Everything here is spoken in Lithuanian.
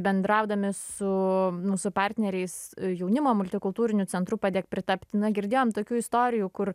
bendraudami su mūsų partneriais jaunimo multikultūriniu centru padėk pritapt na girdėjom tokių istorijų kur